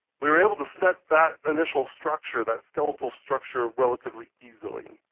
we were able to set that initial structure, that skeletal structure relatively easily.